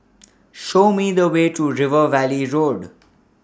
Show Me The Way to River Valley Road